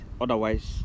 Otherwise